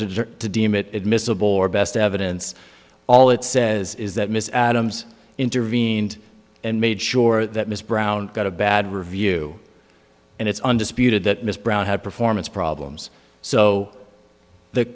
to deem it admissible or best evidence all it says is that miss adams intervened and made sure that miss brown got a bad review and it's undisputed that miss brown had performance problems so